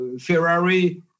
Ferrari